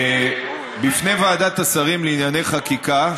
בפני ועדת השרים לענייני חקיקה,